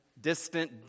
distant